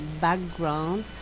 background